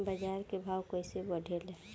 बाजार के भाव कैसे बढ़े ला?